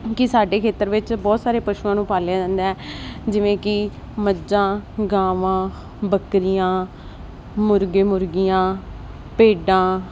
ਕਿ ਸਾਡੇ ਖੇਤਰ ਵਿੱਚ ਬਹੁਤ ਸਾਰੇ ਪਸ਼ੂਆਂ ਨੂੰ ਪਾਲਿਆ ਜਾਂਦਾ ਹੈ ਜਿਵੇਂ ਕਿ ਮੱਜਾਂ ਗਾਵਾਂ ਬੱਕਰੀਆਂ ਮੁਰਗੇ ਮੁਰਗੀਆਂ ਭੇਡਾਂ